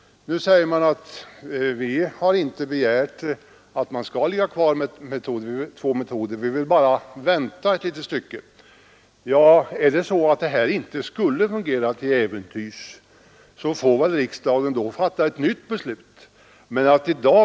Då säger man att man inte har begärt att ligga kvar med två metoder utan att man bara vill vänta en liten tid. Men om systemet till äventyrs inte skulle fungera, så får väl riksdagen fatta ett nytt beslut.